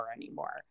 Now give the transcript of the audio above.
anymore